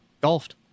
golfed